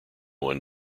one